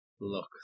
look